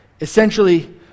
Essentially